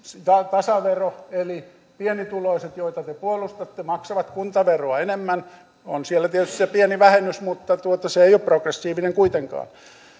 tasavero eli pienituloiset joita te puolustatte maksavat kuntaveroa enemmän on siellä tietysti se pieni vähennys mutta se ei ole kuitenkaan progressiivinen